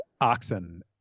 oxen